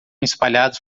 espalhados